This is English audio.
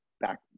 back